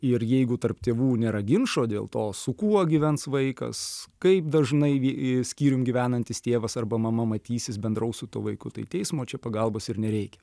ir jeigu tarp tėvų nėra ginčo dėl to su kuo gyvens vaikas kaip dažnai vie i skyrium gyvenantis tėvas arba mama matysis bendraus su tuo vaiku tai teismo čia pagalbos ir nereikia